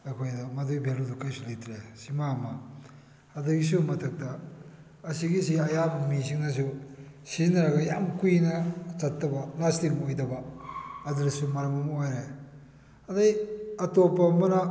ꯑꯩꯈꯣꯏꯗ ꯃꯗꯨꯒꯤ ꯕꯦꯂꯨꯗꯨ ꯀꯔꯤꯁꯨ ꯂꯩꯇ꯭ꯔꯦ ꯑꯁꯤꯃ ꯑꯃ ꯑꯗꯨꯒꯤꯁꯨ ꯃꯊꯛꯇ ꯑꯁꯤꯒꯤꯁꯤ ꯑꯌꯥꯝꯕ ꯃꯤꯁꯤꯡꯅꯁꯨ ꯁꯤꯖꯤꯟꯅꯔꯒ ꯌꯥꯝꯅ ꯀꯨꯏꯅ ꯆꯠꯇꯕ ꯂꯥꯁꯇꯤꯡ ꯑꯣꯏꯗꯕ ꯑꯗꯨꯅꯁꯨ ꯃꯔꯝ ꯑꯃ ꯑꯣꯏꯔꯦ ꯑꯗꯨꯗꯩ ꯑꯇꯣꯞꯄ ꯑꯃꯅ